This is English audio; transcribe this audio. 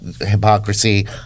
hypocrisy